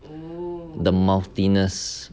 the mouthy-ness